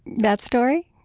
that story?